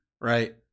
Right